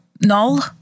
null